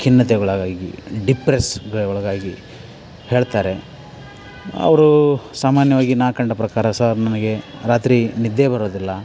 ಖಿನ್ನತೆಗೊಳಗಾಗಿ ಡಿಪ್ರೆಸ್ಗೆ ಒಳಗಾಗಿ ಹೇಳ್ತಾರೆ ಅವರು ಸಾಮಾನ್ಯವಾಗಿ ನಾ ಕಂಡ ಪ್ರಕಾರ ಸರ್ ನನಗೆ ರಾತ್ರಿ ನಿದ್ದೆ ಬರೋದಿಲ್ಲ